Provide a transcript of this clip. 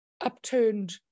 Upturned